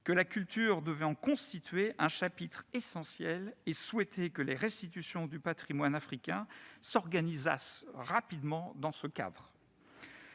que la culture devait en constituer un chapitre essentiel et souhaitait que les restitutions du patrimoine africain s'organisassent rapidement dans ce cadre.